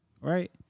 right